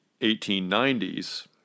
1890s